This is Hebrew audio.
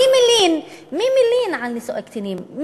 מי מלין על נישואי קטינים?